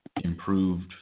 improved